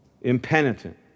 impenitent